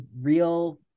real